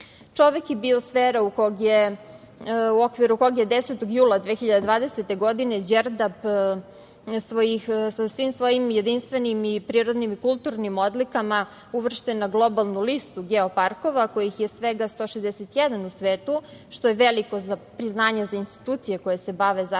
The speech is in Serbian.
i biosfera u okviru kog je 10. jula 2020. godine Đerdap sa svim svojim jedinstvenim i prirodnim i kulturnim odlikama uvršten na globalnu listu geoparkova, kojih je svega 161 u svetu, što je veliko priznanje za institucije koje se bave zaštitom